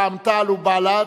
רע"ם-תע"ל ובל"ד,